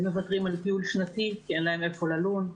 הם מוותרים על טיול שנתי כי אין להם איפה ללון.